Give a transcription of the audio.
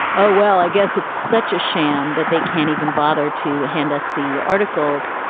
oh, well, i guess it's such a sham that they can't even bother to hand us the articles.